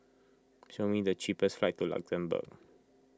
show me the cheapest flights to Luxembourg